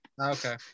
Okay